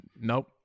Nope